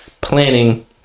planning